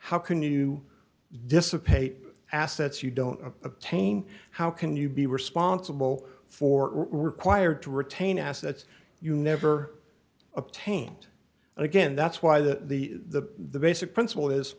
how can you dissipate assets you don't obtain how can you be responsible for required to retain assets you never obtained and again that's why the the the the basic principle is